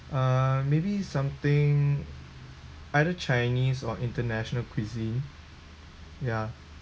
uh maybe something either chinese or international cuisine ya